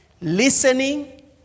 Listening